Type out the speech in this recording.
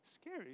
scary